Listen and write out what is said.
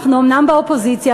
אנחנו אומנם באופוזיציה,